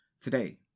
Today